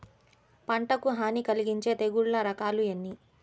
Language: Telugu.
పంటకు హాని కలిగించే తెగుళ్ల రకాలు ఎన్ని?